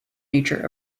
nature